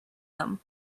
them